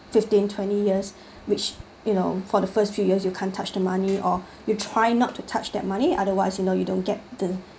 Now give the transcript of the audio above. fifteen twenty years which you know for the first few years you can't touch the money or you try not to touch that money otherwise you know you don't get the